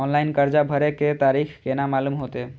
Online कर्जा भरे के तारीख केना मालूम होते?